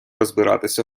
розбиратися